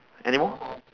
anymore